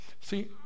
See